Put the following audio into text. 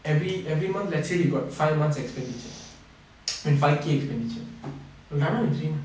every every month let's say you got five months expenditure I mean five K expenditure